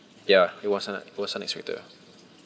ya it was un~ it was unexpected ah